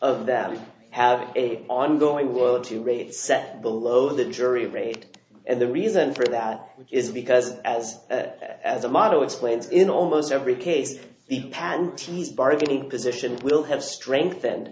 of them have a ongoing will to rate set below the jury rate and the reason for that is because as as a model explains in almost every case the panties bargaining position will have strengthened